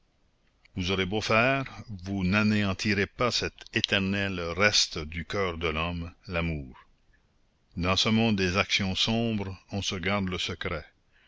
vous aurez beau faire vous n'anéantirez pas cet éternel reste du coeur de l'homme l'amour dans ce monde des actions sombres on se garde le secret